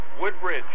Woodbridge